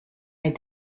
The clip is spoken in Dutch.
het